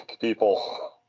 people